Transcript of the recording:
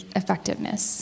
effectiveness